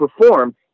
perform